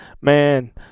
Man